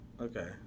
Okay